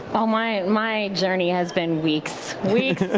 so my and my journey has been weeks. weeks.